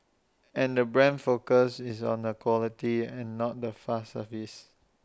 and the brand's focus is on A quality and not the fast service